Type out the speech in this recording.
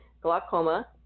glaucoma